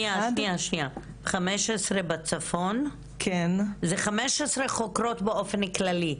שניה, 15 בצפון, זה 15 חוקרות באופן כללי,